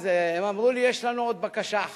אז הם אמרו לי: יש לנו עוד בקשה אחת.